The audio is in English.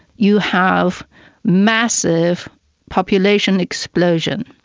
you have massive population explosion.